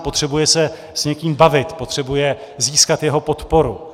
Potřebuje se s někým bavit, potřebuje získat jeho podporu.